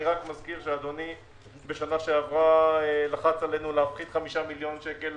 אני רק מזכיר שאדוני בשנה שעברה לחץ עלינו להפחית 5 מיליון שקל